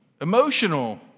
Emotional